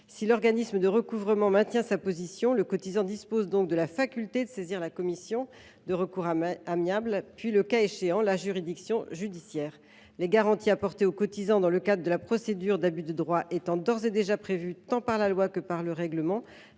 Si l’organisme de recouvrement maintient sa position, le cotisant dispose de la faculté de saisir la commission de recours amiable, puis, le cas échéant, la juridiction judiciaire. Les garanties apportées au cotisant dans le cadre de la procédure d’abus de droit étant d’ores et déjà prévues tant par la loi que par le règlement,